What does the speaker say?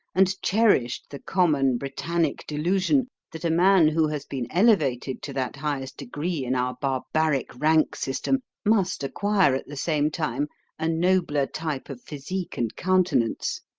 and cherished the common britannic delusion that a man who has been elevated to that highest degree in our barbaric rank-system must acquire at the same time a nobler type of physique and countenance,